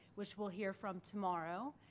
which we'll hear from tomorrow,